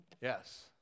Yes